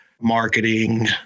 marketing